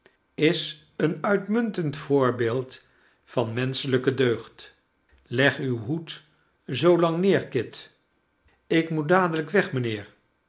is een uitmuntend voorbeeld van menschelijke deugd leg uw hoed zoolang neer kit ik moet dadelijk weg mijnheer